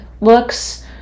looks